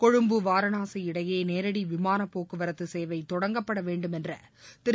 கொழும்பு வாரணாசி இடையே நேரடி விமானப் போக்குவரத்து சேவை தொடங்கப்பட வேண்டும் என்ற திரு